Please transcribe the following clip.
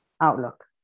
outlook